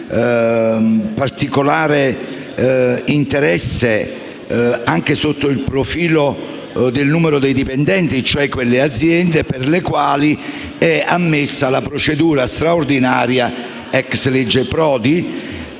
di particolare interesse, anche sotto il profilo del numero dei dipendenti, cioè quelle aziende per le quali è ammessa la procedura straordinaria ex legge Prodi